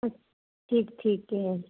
ਠੀਕ ਠੀਕ ਏ